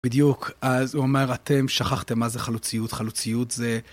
בדיוק, אז הוא אומר, אתם שכחתם מה זה חלוציות, חלוציות זה...